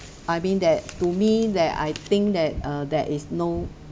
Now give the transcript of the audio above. I mean that to me that I think that err there is no